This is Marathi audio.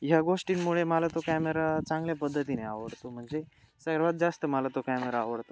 ह्या गोष्टींमुळे मला तो कॅमेरा चांगल्या पद्धतीने आवडतो म्हणजे सर्वात जास्त मला तो कॅमेरा आवडतो